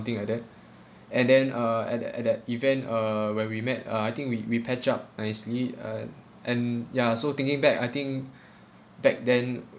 thing like that and then uh at the at the event uh when we met uh I think we we patch up nicely uh and ya so thinking back I think back then